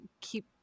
keep